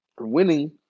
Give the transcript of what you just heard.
winning